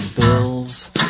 bills